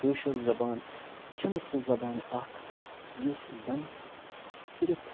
کٲشِر زبان چھِنہٕ سہٕ زبان اکھ یُس زنہٕ صرف